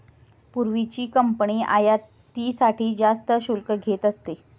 पूर्वीची कंपनी आयातीसाठी जास्त शुल्क घेत असे